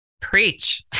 Preach